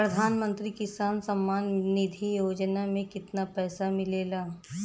प्रधान मंत्री किसान सम्मान निधि योजना में कितना पैसा मिलेला?